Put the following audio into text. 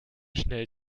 schnell